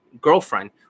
girlfriend